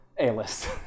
A-list